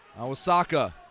Awasaka